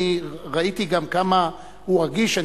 ראיתי כמה הוא רגיש,